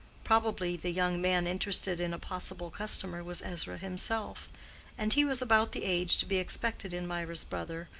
probably the young man interested in a possible customer was ezra himself and he was about the age to be expected in mirah's brother,